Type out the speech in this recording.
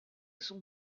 son